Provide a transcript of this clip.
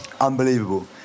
Unbelievable